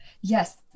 yes